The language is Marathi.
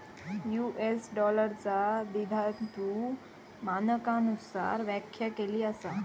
यू.एस डॉलरचा द्विधातु मानकांनुसार व्याख्या केली असा